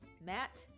Matt